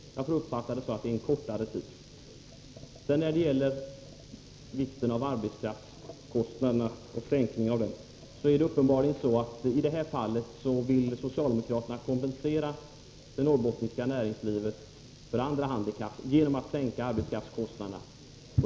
Jag får uppfatta det så att ”en längre tid” är en kortare tid än tio år. Så till vikten av en sänkning av arbetskraftskostnaderna. I det här fallet är det uppenbarligen så att socialdemokraterna vill kompensera det norrbottniska näringslivet för andra handikapp genom att sänka arbetskraftskostnaderna.